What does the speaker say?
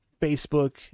Facebook